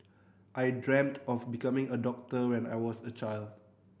I dreamt of becoming a doctor when I was a child